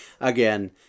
again